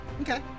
Okay